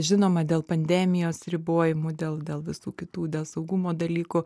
žinoma dėl pandemijos ribojimų dėl dėl visų kitų dėl saugumo dalykų